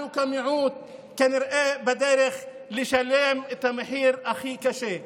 אנחנו כמיעוט כנראה בדרך לשלם את המחיר הכי קשה.